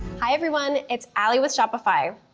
hi everyone, its aly with shopify.